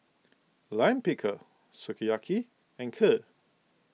Lime Pickle Sukiyaki and Kheer